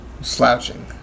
slouching